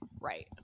Right